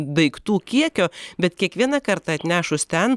daiktų kiekio bet kiekvieną kartą atnešus ten